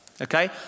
Okay